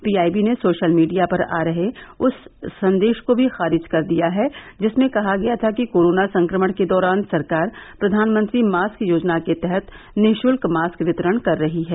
PIB ने social media पर आ रहे उस संदेश को भी खारिज कर दिया है जिसमें कहा गया था कि कोरोना संक्रमण के दौरान सरकार प्रधानमंत्री मास्क योजना के तहत निशुत्क मास्क वितरण कर रही है